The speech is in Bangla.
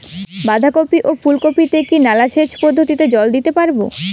বাধা কপি ও ফুল কপি তে কি নালা সেচ পদ্ধতিতে জল দিতে পারবো?